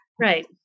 Right